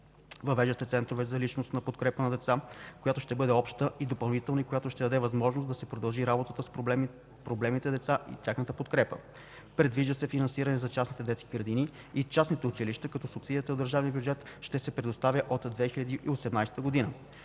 Въвеждат се центрове за личностна подкрепа на децата, която ще бъде обща и допълнителна, и която ще даде възможност да се продължи работата с проблемните деца и тяхната подкрепа. Предвижда се финансиране за частните детски градини и частните училища, като субсидията от държавния бюджет ще се предоставя от 2018 г.